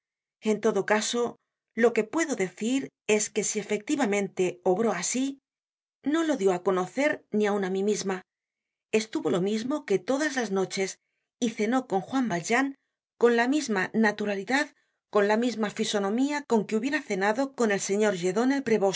en todo caso lo que puedo decir es que si efectivamente obró así no lo dió á conocer ni aun á mí misma estuvo lo mismo que todas las noches y cenó con juan valjean con la misma naturalidad con la misma fisonomía con que hubiera cenado con el señor